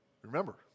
Remember